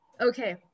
okay